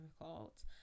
difficult